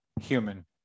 human